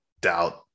doubt